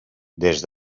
des